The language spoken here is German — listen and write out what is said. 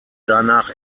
danach